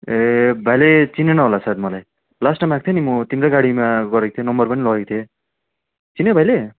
ए भाइले चिनेन होला सायद मलाई लास्ट टाइम आएको थिएँ नि म तिम्रै गाडीमा गरेको थिएँ नम्बर पनि लगेको थिएँ चिन्यौ भाइले